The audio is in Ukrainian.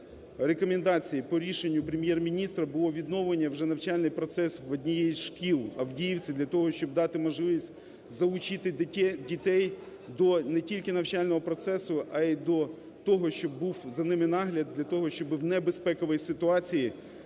по рекомендації, по рішенню Прем'єр-міністра був відновлений вже навчальний процес в одній із шкіл Авдіївки для того, щоб дати можливість залучити дітей до не тільки навчального процесу, а й до того, щоб був за ними нагляд, для того, щоб в небезковій ситуації